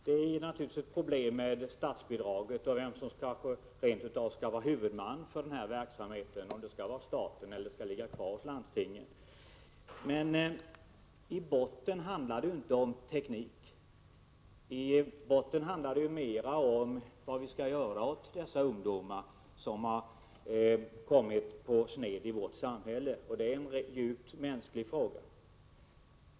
Herr talman! Det är naturligtvis problem med statsbidraget och vem som skall vara huvudman för verksamheten, om det skall vara staten eller om huvudmannaskapet skall ligga kvar hos landstingen. Meni botten handlar det inte om teknik utan om vad vi skall göra för dessa ungdomar, som har kommit på sned i vårt samhälle, och det är en djupt mänsklig fråga.